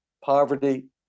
poverty